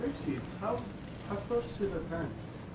seeds, how close to the fence